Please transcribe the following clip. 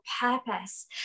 purpose